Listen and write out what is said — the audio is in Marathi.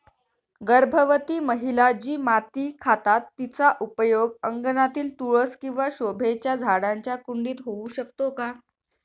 गर्भवती महिला जी माती खातात तिचा उपयोग अंगणातील तुळस किंवा शोभेच्या झाडांच्या कुंडीत होऊ शकतो का?